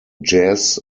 jazz